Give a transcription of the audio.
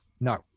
No